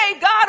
God